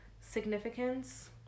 significance